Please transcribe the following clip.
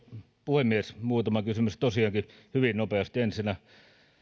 puhemies muutama kysymys tosiaankin käydään ne hyvin nopeasti ensinnä